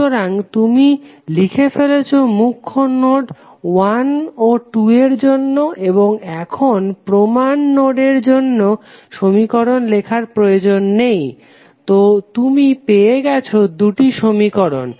সুতরাং তুমি লিখে ফেলেছো মুখ্য নোড 1 ও 2 এর জন্য এবং এখন প্রমান নোডের জন্য সমীকরণ লেখার প্রয়োজন নেই তো তুমি পেয়ে গেছো দুটি সমীকরণ